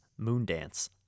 Moondance